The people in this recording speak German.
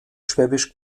schwäbisch